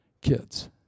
kids